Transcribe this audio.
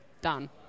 done